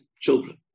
Children